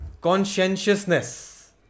Conscientiousness